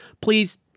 please